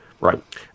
Right